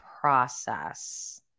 process